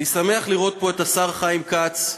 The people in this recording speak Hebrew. אני שמח לראות פה את השר חיים כץ.